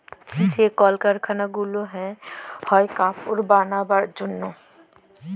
যে কল কারখালা গুলা হ্যয় কাপড় বালাবার জনহে